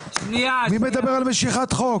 מי מדבר על משיכת חוק?